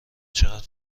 چقدر